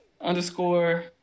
underscore